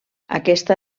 aquesta